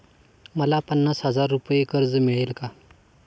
मला पन्नास हजार रुपये कर्ज मिळेल का?